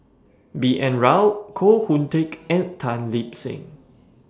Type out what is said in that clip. B N Rao Koh Hoon Teck and Tan Lip Seng